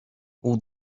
all